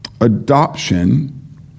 adoption